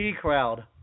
crowd